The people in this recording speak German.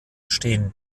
stehen